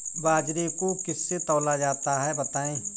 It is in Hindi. बाजरे को किससे तौला जाता है बताएँ?